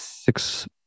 Six